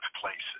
places